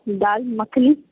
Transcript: dal makhani